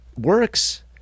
works